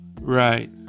Right